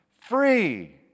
free